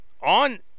on